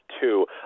Two